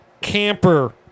camper